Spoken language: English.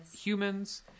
humans